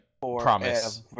promise